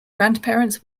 grandparents